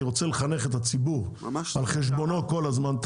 כי היא רוצה לחנך את הציבור על חשבונו כל הזמן.